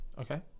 Okay